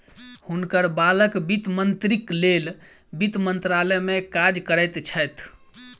हुनकर बालक वित्त मंत्रीक लेल वित्त मंत्रालय में काज करैत छैथ